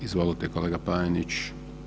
Izvolite kolega Panenić.